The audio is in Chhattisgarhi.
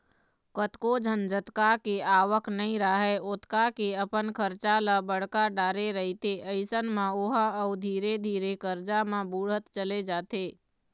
कतको झन जतका के आवक नइ राहय ओतका के अपन खरचा ल बड़हा डरे रहिथे अइसन म ओहा अउ धीरे धीरे करजा म बुड़त चले जाथे